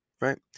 right